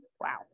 Wow